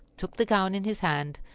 took the gown in his hand,